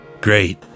Great